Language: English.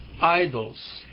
idols